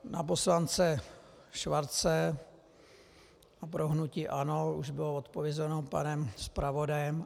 Na poslance Schwarze a pro hnutí ANO už bylo odpovězeno panem zpravodajem.